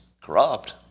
corrupt